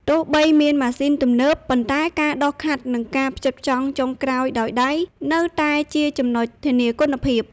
ទោះបីមានម៉ាស៊ីនទំនើប ប៉ុន្តែការដុសខាត់ និងការផ្ចិតផ្ចង់ចុងក្រោយដោយដៃ នៅតែជាចំណុចធានាគុណភាព។